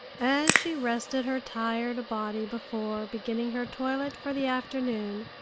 as she rested her tired body before beginning her toilet for the afternoon,